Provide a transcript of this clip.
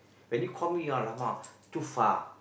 when you call me !alamak! too far